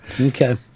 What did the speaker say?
Okay